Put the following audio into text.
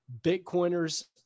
Bitcoiners